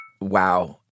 Wow